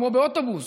כמו באוטובוס,